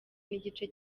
n’igice